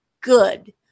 good